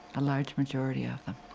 a large majority of them.